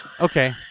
okay